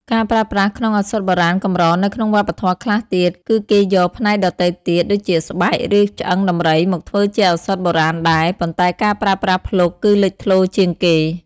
ការប្រើប្រាស់ក្នុងឱសថបុរាណកម្រនៅក្នុងវប្បធម៌ខ្លះទៀត គឺគេយក ផ្នែកដទៃទៀតដូចជាស្បែក ឬឆ្អឹងដំរីមកធ្វើជាឱសថបុរាណដែរ ប៉ុន្តែការប្រើប្រាស់ភ្លុកគឺលេចធ្លោជាងគេ។